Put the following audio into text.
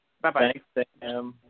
Bye-bye